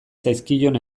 zaizkion